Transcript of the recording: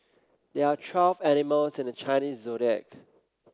there are twelve animals in the Chinese Zodiac